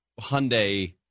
Hyundai